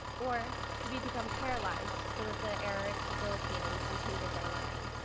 or do we become paralyzed so that the error is debilitating and hinders our learning?